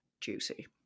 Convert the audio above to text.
Juicy